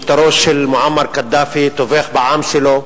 משטרו של מועמר קדאפי טובח בעם שלו.